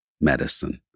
medicine